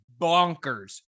bonkers